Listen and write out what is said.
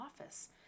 office